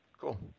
Cool